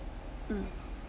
mm